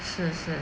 是是